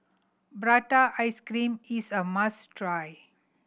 prata ice cream is a must try